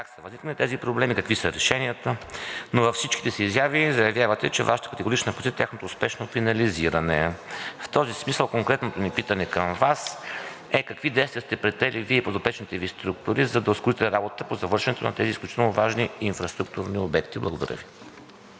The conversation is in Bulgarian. как са възникнали тези проблеми и какви са решенията. Но във всичките си изяви завявате, че Вашата категорична позиция е тяхното успешно финализиране. В този смисъл конкретното ни питане ни към Вас е: какви действия сте предприели Вие и подопечните Ви структури, за да ускорите работата по завършването на тези изключително важни инфраструктурни обекти? Благодаря Ви.